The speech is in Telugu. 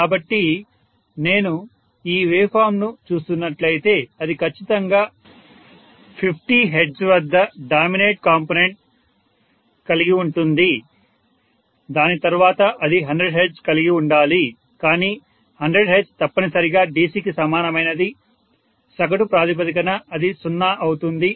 కాబట్టి నేను ఈ వేవ్ ఫామ్ ను చూస్తున్నట్లయితే అది ఖచ్చితంగా 50 Hz వద్ద డామినేట్ కాంపొనెంట్ కలిగి ఉంటుంది దాని తర్వాత అది 100 Hz కలిగి ఉండాలి కానీ 100 Hz తప్పనిసరిగా DC కి సమానమైనది సగటు ప్రాతిపదికన అది 0 అవుతుంది